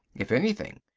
if anything,